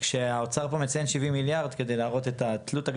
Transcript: אני מתכבד לפתוח את הוועדה לביקורת המדינה,